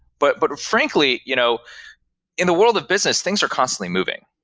but, but frankly, you know in the world of business, things are constantly moving.